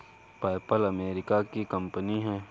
PayPal America की कंपनी है